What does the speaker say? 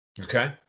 Okay